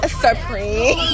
supreme